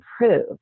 improved